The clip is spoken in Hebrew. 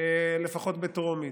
לפחות בטרומית.